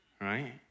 right